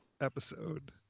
episode